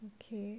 okay